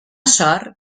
sort